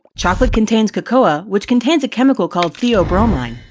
chocolate contains cocoa, ah which contains a chemical called theobromine.